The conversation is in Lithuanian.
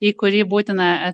į kurį būtina